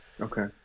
Okay